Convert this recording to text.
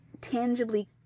tangibly